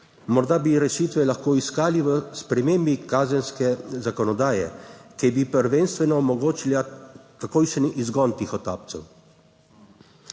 Morda bi rešitve lahko iskali v spremembi kazenske zakonodaje, ki bi prvenstveno omogočila takojšen izgon tihotapcev.